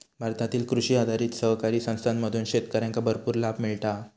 भारतातील कृषी आधारित सहकारी संस्थांमधून शेतकऱ्यांका भरपूर लाभ मिळता हा